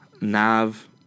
Nav